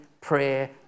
prayer